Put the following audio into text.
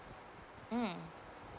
mm